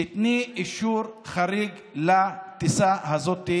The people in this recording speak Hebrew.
תני אישור חריג לטיסה הזאת,